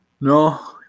No